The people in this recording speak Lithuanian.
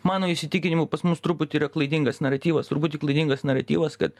mano įsitikinimu pas mus truputį yra klaidingas naratyvas truputį klaidingas naratyvas kad